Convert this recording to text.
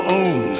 own